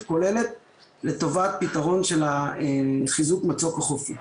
כוללת לטובת פתרון של חיזוק מצוק החופים.